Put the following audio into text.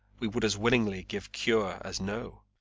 we would as willingly give cure as know.